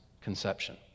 conception